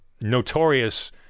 notorious